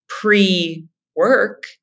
pre-work